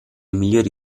migliori